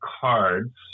cards